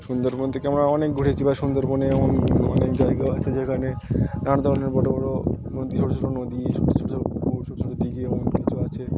সুন্দরবন থেকে আমরা অনেক ঘুরেছি বা সুন্দরবনে এমন অনেক জায়গা আছে যেখানে নানা ধরনের বড় বড় নদী ছোট ছোট নদী ছোট ছোট পুকুর ছোট ছোট দিকে অনেক কিছু আছে